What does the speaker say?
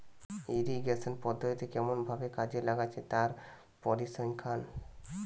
irrigation পদ্ধতি কেমন ভাবে কাজে লাগছে তার পরিসংখ্যান